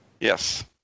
Yes